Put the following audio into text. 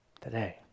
today